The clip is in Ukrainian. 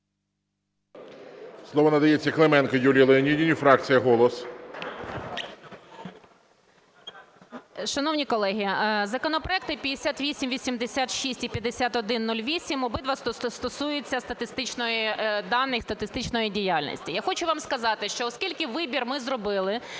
Слово надається Клименко Юлії Леонідівні, фракція "Голос".